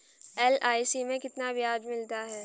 LIC में कितना ब्याज मिलता है?